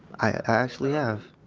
i actually have